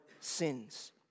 sins